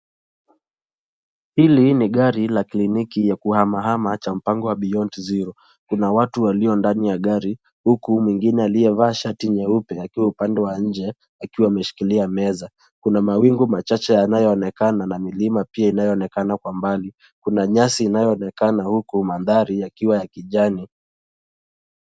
Hili ni gari la kliniki ya kuhamahama cha mpango wa Beyond Zero . Kuna watu walio ndani ya gari, huku mwengine aliyevaa shati nyeupe akiwa upande wa nje, akiwa ameshikilia meza. Kuna mawingu machache yanayoonekana na milima pia inayoonekana kwa mbali. Kuna nyasi inayoonekana huku mandhari yakiwa ya kijani.